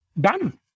done